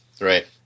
Right